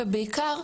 ובעיקר,